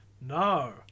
No